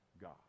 God